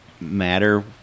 matter